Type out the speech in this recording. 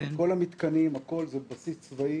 כל המתקנים זה בסיס צבאי,